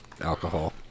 alcohol